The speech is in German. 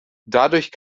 dadurch